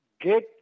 get